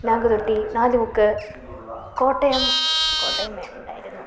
നാഗുറട്ടി നാലുമുക്ക് കോട്ടയം കോട്ടയം വേണ്ടായിരുന്നു